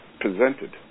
presented